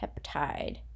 peptide